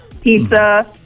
Pizza